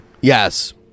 Yes